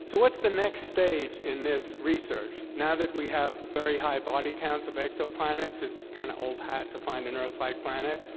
so what's the next stage in this research? now that we have very high body counts of exoplanets, it's kind of old hat to find an earth-like planet.